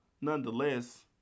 Nonetheless